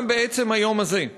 גם בעצם היום הזה,